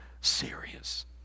serious